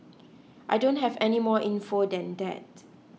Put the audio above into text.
I don't have any more info than that